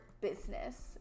business